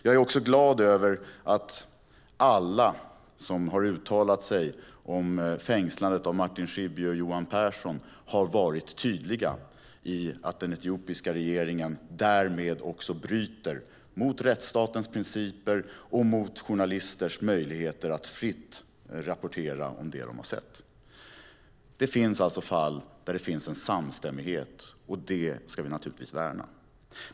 Jag är också glad över att alla som har uttalat sig om fängslandet av Martin Schibbye och Johan Persson har varit tydliga med att den etiopiska regeringen därmed också bryter mot rättsstatens principer och mot journalisters möjligheter att fritt rapportera om det de har sett. Det finns alltså fall där det finns en samstämmighet, och det ska vi naturligtvis värna.